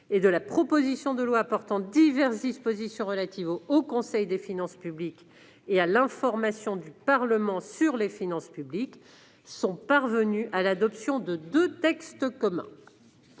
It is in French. et de la proposition de loi portant diverses dispositions relatives au Haut Conseil des finances publiques et à l'information du Parlement sur les finances publiques sont parvenues à l'adoption de deux textes communs.